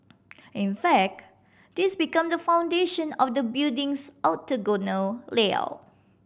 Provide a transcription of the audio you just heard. in fact this became the foundation of the building's octagonal layout